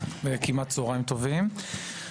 כמעט צהריים טובים.